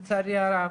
לצערי הרב,